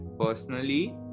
personally